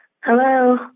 Hello